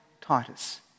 Titus